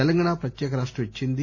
తెలంగాణ ప్రత్యేక రాష్టం ఇచ్చిందీ